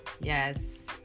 Yes